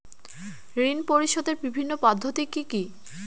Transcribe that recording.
ঋণ পরিশোধের বিভিন্ন পদ্ধতি কি কি?